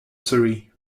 surrey